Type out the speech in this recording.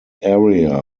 area